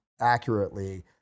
accurately